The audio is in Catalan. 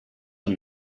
amb